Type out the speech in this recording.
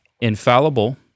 Infallible